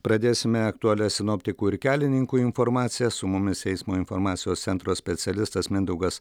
pradėsime aktualia sinoptikų ir kelininkų informacija su mumis eismo informacijos centro specialistas mindaugas